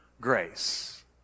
grace